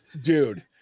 dude